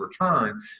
return